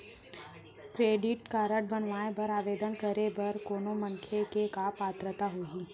Credit card बनवाए बर आवेदन करे बर कोनो मनखे के का पात्रता होही?